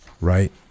right